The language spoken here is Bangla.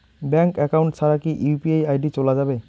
ব্যাংক একাউন্ট ছাড়া কি ইউ.পি.আই আই.ডি চোলা যাবে?